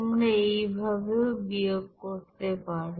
তোমরা এইভাবেও বিয়োগ করতে পারো